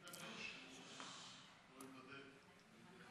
אני אחכה.